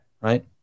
Right